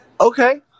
okay